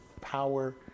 power